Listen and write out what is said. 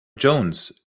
jones